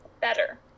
better